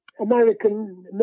American